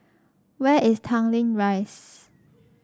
where is Tanglin Rise